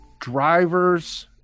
driver's